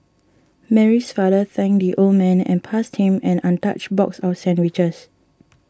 Mary's father thanked the old man and passed him an untouched box of sandwiches